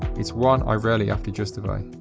it's one i rarely have to justify.